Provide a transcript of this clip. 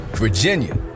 Virginia